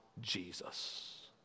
Jesus